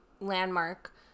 Landmark